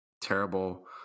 terrible